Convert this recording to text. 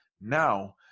Now